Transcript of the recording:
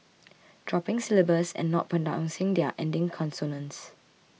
dropping syllables and not pronouncing their ending consonants